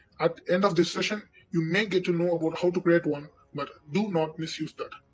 at the end of this session you may get to know about how to create one, but do not misuse that